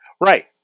Right